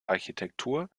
architektur